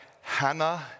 Hannah